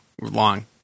long